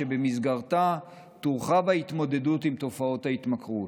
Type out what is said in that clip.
שבמסגרתה תורחב ההתמודדות עם תופעות ההתמכרות.